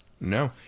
no